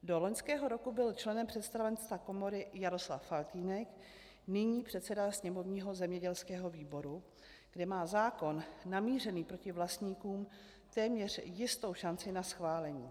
Do loňského roku byl členem představenstva komory Jaroslav Faltýnek, nyní předseda sněmovního zemědělského výboru, kde má zákon namířený proti vlastníkům téměř jistou šanci na schválení.